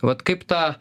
vat kaip tą